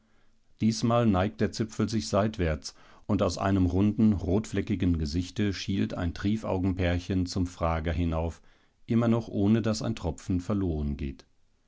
diesmal neigt der zipfel sich seitwärts und aus einem runden rotfleckigen gesichte schielt ein triefaugenpärchen zum frager hinauf immer noch ohne daß ein tropfen verloren geht